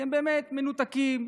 כי הם באמת מנותקים,